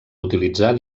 utilitzar